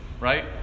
right